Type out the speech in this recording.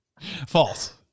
False